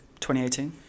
2018